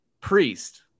priest